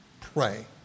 pray